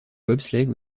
bobsleigh